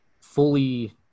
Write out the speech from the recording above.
fully